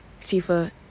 Sifa